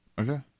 Okay